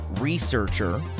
researcher